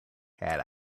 had